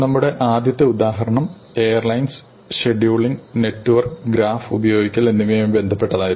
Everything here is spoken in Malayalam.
നമ്മുടെ ആദ്യത്തെ ഉദാഹരണം എയർലൈൻസ് ഷെഡ്യൂളിംഗ് നെറ്റ്വർക്ക് ഗ്രാഫ് ഉപയോഗിക്കൽ എന്നിവയുമായി ബന്ധപ്പെട്ടതായിരുന്നു